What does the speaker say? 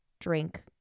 drink